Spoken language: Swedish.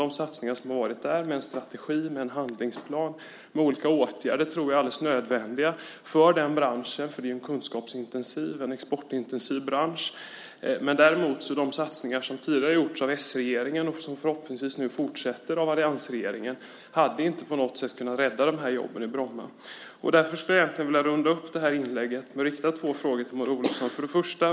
De satsningar som varit där med en strategi och en handlingsplan med olika åtgärder tror jag är alldeles nödvändiga för den branschen. Det är ju en kunskapsintensiv och exportintensiv bransch. De satsningar som tidigare har gjorts av s-regeringen och som förhoppningsvis fortsätts av alliansregeringen hade inte kunnat rädda jobben i Bromma. Jag vill runda av inlägget med att rikta två frågor till Maud Olofsson.